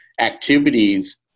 activities